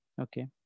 Okay